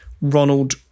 Ronald